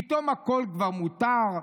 פתאום הכול כבר מותר,